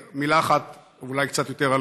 מילה אחת אולי קצת יותר,